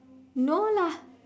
no lah